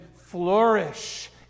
flourish